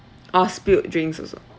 orh spilled drinks also